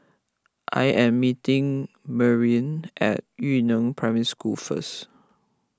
I am meeting Merilyn at Yu Neng Primary School first